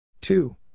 two